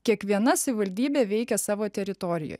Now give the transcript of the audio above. kiekviena savivaldybė veikia savo teritorijoj